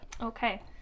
Okay